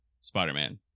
spider-man